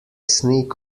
sneak